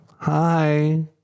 hi